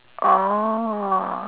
oh